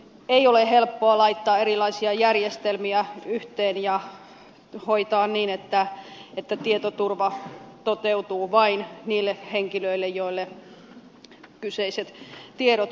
ei ole helppoa laittaa erilaisia järjestelmiä yhteen ja hoitaa niin että tietoturva toteutuu vain niille henkilöille joille kyseiset tiedot kuuluvat